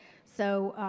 so,